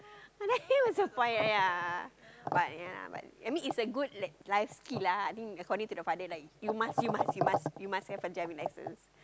then what's the point ya ya but ya lah but I mean it's a good life skill lah according to the father you must you must you must have a driving license